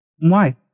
Why